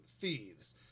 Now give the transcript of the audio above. Thieves